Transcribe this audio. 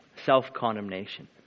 self-condemnation